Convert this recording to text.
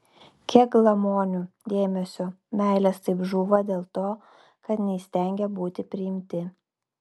kiek glamonių dėmesio meilės taip žūva dėl to kad neįstengė būti priimti